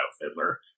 Fiddler